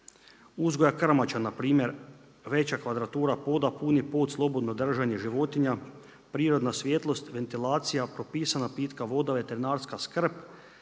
uzgoja krmača npr. veća kvadratura poda, puni pod, slobodno držanje životinja, prirodna svjetlost, ventilacija, propisana pitka voda, veterinarska skrb